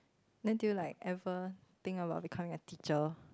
then do you like ever think about becoming a teacher